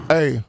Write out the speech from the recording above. Hey